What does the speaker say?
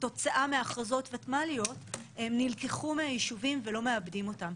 שכתוצאה מהכרזות ותמ"ליות הם נלקחו מיישובים ולא מעבדים אותם.